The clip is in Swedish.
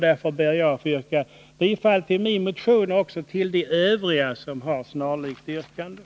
Därför ber jag att få yrka bifall till min motion och till de övriga motioner som har snarlika yrkanden.